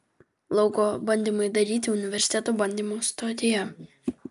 lauko bandymai daryti universiteto bandymų stotyje